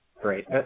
Great